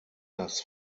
das